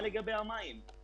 מה לגבי המים?